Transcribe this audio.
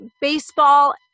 baseball